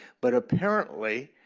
but apparently,